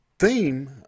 theme